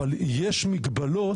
אבל יש מגבלות,